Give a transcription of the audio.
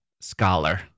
scholar